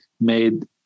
made